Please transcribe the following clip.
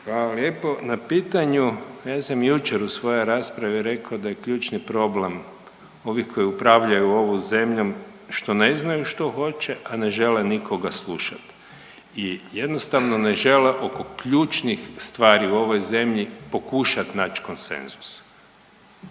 Hvala lijepo na pitanju. Ja sam jučer u svojoj raspravi rekao da je ključni problem ovih koji upravljaju ovom zemljom što ne znaju što hoće, a ne žele nikoga slušat i jednostavno ne žele oko ključnih stvari u ovoj zemlji pokušat nać konsenzus.